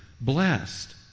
blessed